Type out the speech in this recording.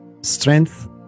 strength